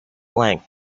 length